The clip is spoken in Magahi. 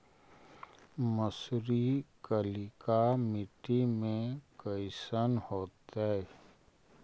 मसुरी कलिका मट्टी में कईसन होतै?